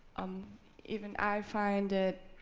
um even i find it